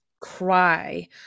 cry